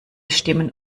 stimmen